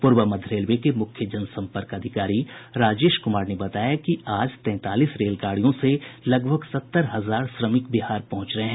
पूर्व मध्य रेलवे के मुख्य जनसम्पर्क अधिकारी राजेश कुमार ने बताया कि आज तैंतालीस रेलगाडियों से लगभग सत्तर हजार श्रमिक बिहार पहुंच रहे हैं